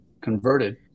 converted